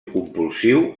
compulsiu